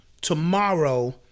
Tomorrow